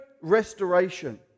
restoration